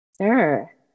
Sure